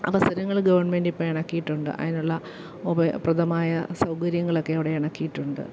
അവസരങ്ങൾ ഗവൺമെൻ്റിപ്പം ഇറക്കിയിട്ടുണ്ട് അതിനുള്ള ഉപയോഗപ്രദമായ സൗകര്യങ്ങളൊക്കെ അവിടെ ഇറക്കിയിട്ടുണ്ട്